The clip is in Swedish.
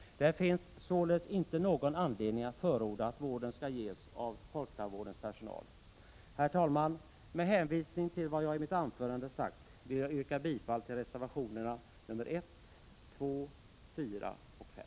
Det finns således inte någon anledning att förorda att vården skall ges av folktandvårdens personal. Herr talman! Med hänvisning till vad jag i mitt anförande sagt vill jag yrka bifall till reservationerna nr 1, 2, 4 och 5.